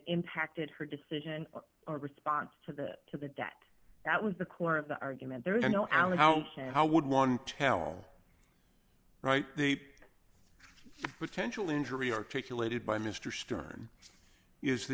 impacted her decision or response to that to the debt that was the core of the argument there is no alan how how would one tell right the potential injury articulated by mr stern is that